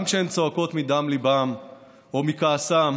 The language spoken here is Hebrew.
גם כשהן צועקות מדם ליבן או מכעסן,